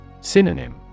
Synonym